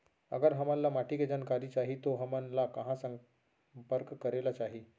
अगर हमन ला माटी के जानकारी चाही तो हमन ला कहाँ संपर्क करे ला चाही?